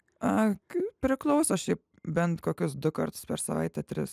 a priklauso šiaip bent kokius du kartus per savaitę tris